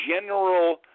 general